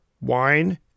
wine